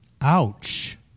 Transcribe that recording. Ouch